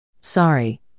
Sorry